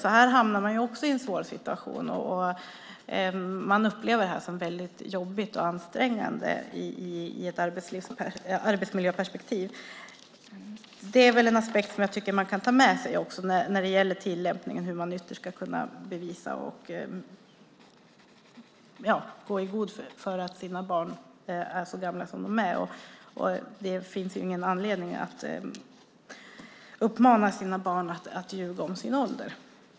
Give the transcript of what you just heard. Också här hamnar man i en svår situation. Det upplevs som väldigt jobbigt och ansträngande i ett arbetsmiljöperspektiv. En aspekt som jag tycker att man kan ta med sig när det gäller tillämpningen handlar alltså om hur man ytterst ska kunna bevisa och gå i god för att barn är så gamla som de är. Det finns ingen anledning att uppmana sina barn att ljuga om sin ålder.